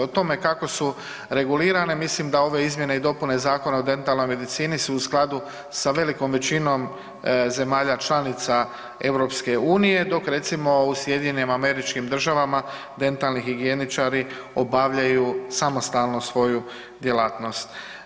O tome kako su regulirane, mislim da ove izmjene i dopune Zakona o dentalnoj medicini su u skladu s velikom većinom zemalja članica EU dok recimo u SAD-u dentalni higijeničari obavljaju samostalno svoju djelatnost.